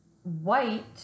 White